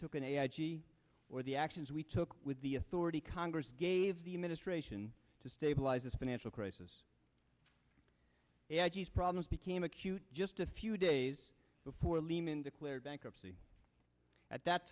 took in a edgy or the actions we took with the authority congress gave the administration to stabilize this financial crisis i g s problems became acute just a few days before lehman declared bankruptcy at that